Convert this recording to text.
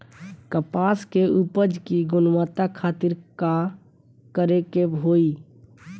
कपास के उपज की गुणवत्ता खातिर का करेके होई?